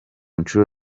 nshuro